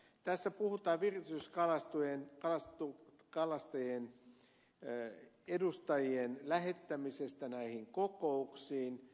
tässä puhutaan virkistyskalastajien edustajien lähettämisestä näihin kokouksiin